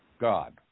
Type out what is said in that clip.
God